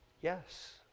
yes